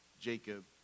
Jacob